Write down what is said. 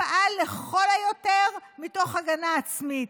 שפעל לכל היותר מתוך הגנה עצמית?